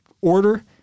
order